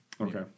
Okay